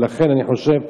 ולכן, אני חושב,